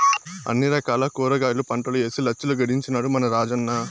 అన్ని రకాల కూరగాయల పంటలూ ఏసి లచ్చలు గడించినాడ మన రాజన్న